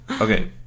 Okay